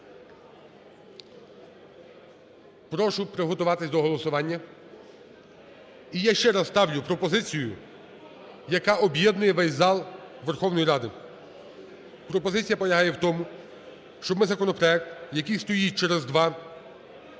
Прошу приготуватися до голосування, і я ще раз ставлю пропозицію, яка об'єднує весь зал Верховної Ради. Пропозиція полягає в тому, щоб ми законопроект, який стоїть через два,